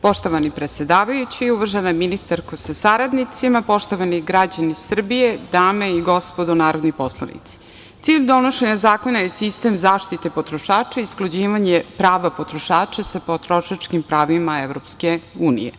Poštovani predsedavajući, uvažena ministarko sa saradnicima, poštovani građani Srbije, dame i gospodo narodni poslanici, cilj donošenja zakona je sistem zaštite potrošača i usklađivanje prava potrošača sa potrošačkim pravima EU.